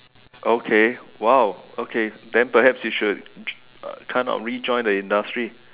okay !wow! okay then perhaps you should try to rejoin the industry